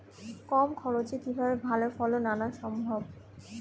কম খরচে কিভাবে ভালো ফলন আনা সম্ভব?